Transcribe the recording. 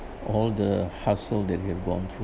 all the hassle that we have gone through